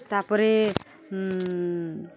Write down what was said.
ତା'ପରେ